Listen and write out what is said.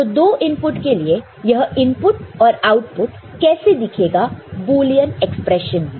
तो 2 इनपुट के लिए यह इनपुट और आउटपुट कैसे दिखेगा बुलियन एक्सप्रेशन में